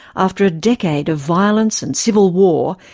after a decade of violence and civil war,